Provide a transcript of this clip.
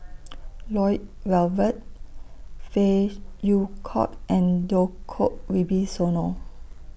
Lloyd Valberg Phey Yew Kok and Djoko Wibisono